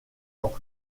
york